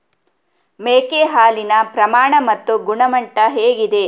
ಮೇಕೆ ಹಾಲಿನ ಪ್ರಮಾಣ ಮತ್ತು ಗುಣಮಟ್ಟ ಹೇಗಿದೆ?